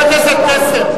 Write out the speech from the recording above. חבר הכנסת פלסנר.